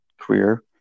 career